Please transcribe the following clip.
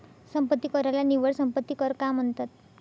संपत्ती कराला निव्वळ संपत्ती कर का म्हणतात?